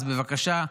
אז בבקשה,